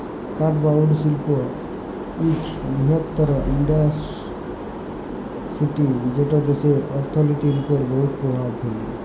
কাঠ বা উড শিল্প ইক বিরহত্তম ইল্ডাসটিরি যেট দ্যাশের অথ্থলিতির উপর বহুত পরভাব ফেলে